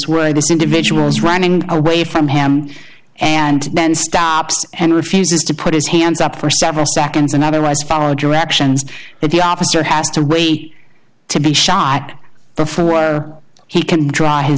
in this individual's running away from him and then stops and refuses to put his hands up for several seconds and otherwise follow directions that the officer has to wait to be shot for or he can try his